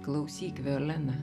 klausyk violena